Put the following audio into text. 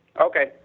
Okay